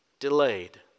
Delayed